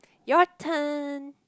your turn